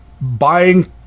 buying